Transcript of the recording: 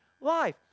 life